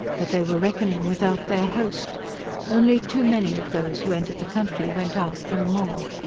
but they were reckoning without their host only too many of those who entered the country went out no more.